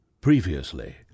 Previously